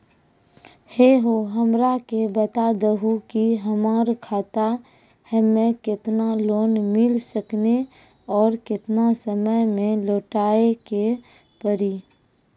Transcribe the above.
है हो हमरा के बता दहु की हमार खाता हम्मे केतना लोन मिल सकने और केतना समय मैं लौटाए के पड़ी?